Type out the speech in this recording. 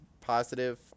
positive